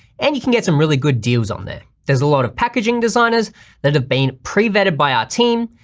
and you can get some really good deals on there. there's a lot of packaging designers that have been pre-vetted by our team,